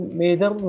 major